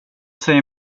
säger